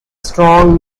strong